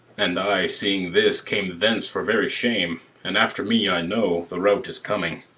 and i, seeing this, came thence for very shame and after me, i know, the rout is coming.